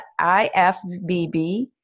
IFBB